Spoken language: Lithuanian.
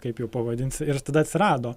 kaip jau pavadinsi ir tada atsirado